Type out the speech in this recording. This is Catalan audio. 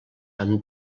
amb